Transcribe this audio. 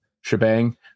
shebang